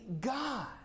God